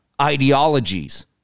ideologies